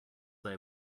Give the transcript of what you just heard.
they